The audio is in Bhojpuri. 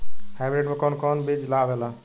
हाइब्रिड में कोवन कोवन बीज आवेला?